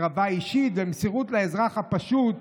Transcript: הקרבה אישית ומסירות לאזרח הפשוט.